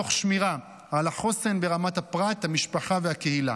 תוך שמירה על החוסן ברמת הפרט, המשפחה והקהילה.